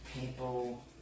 people